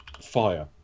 fire